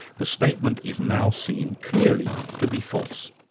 the statement is now seen clearly to be false.